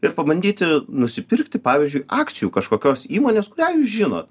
ir pabandyti nusipirkti pavyzdžiui akcijų kažkokios įmonės kurią jūs žinot